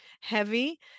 heavy